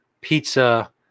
pizza